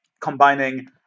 combining